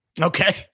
Okay